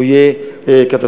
הוא יהיה קטסטרופה.